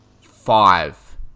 five